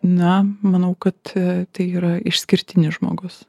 na manau kad tai yra išskirtinis žmogus